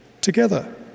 Together